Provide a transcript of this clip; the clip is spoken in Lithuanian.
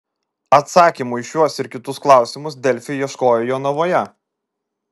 atsakymų į šiuos ir kitus klausimus delfi ieškojo jonavoje